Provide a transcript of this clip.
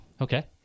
Okay